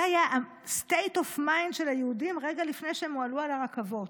זה היה ה-state of mind של היהודים ברגע שהם הועלו על הרכבות.